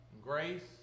grace